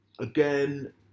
again